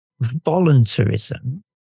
voluntarism